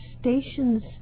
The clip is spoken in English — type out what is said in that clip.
stations